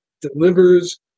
delivers